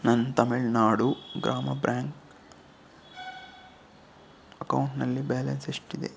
ನನ್ನ ತಮಿಳುನಾಡು ಗ್ರಾಮ ಬ್ಯಾಂಕ್ ಅಕೌಂಟ್ನಲ್ಲಿ ಬ್ಯಾಲೆನ್ಸ್ ಎಷ್ಟಿದೆ